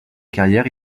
carrière